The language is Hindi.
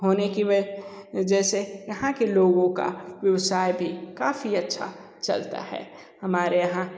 होने की व वजह से यहाँ के लोगों का व्यवसाय भी काफ़ी अच्छा चलता है हमारे यहाँ